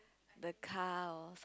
the car or